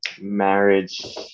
marriage